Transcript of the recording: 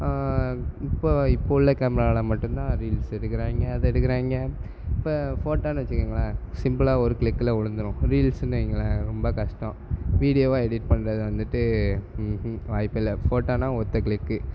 இப்போது இப்போது உள்ள கேமராவில மட்டுந்தான் ரீல்ஸு எடுக்கிறாய்ங்க அது எடுக்கிறாய்ங்க இப்போ ஃபோட்டோன்னு வச்சிக்கோங்களேன் சிம்பிளா ஒரு க்ளிக்கில் விலுந்துரும் ரீல்ஸுன்னு வைங்களேன் ரொம்ப கஷ்டம் வீடியோவா எடிட் பண்ணுறது வந்துட்டு ம்ஹும் வாய்ப்பே இல்லை ஃபோட்டோன்னால் ஒற்றை க்ளிக்கு